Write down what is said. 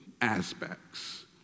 aspects